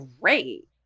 great